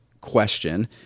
question